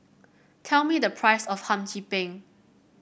tell me the price of Hum Chim Peng